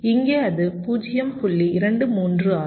23 ஆகும்